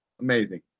amazing